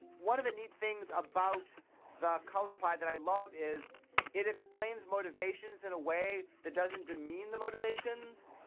one of the neat things about the color pie that i love is it explains motivations in a way that doesn't demean the motivations.